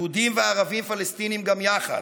יהודים, ערבים ופלסטינים גם יחד.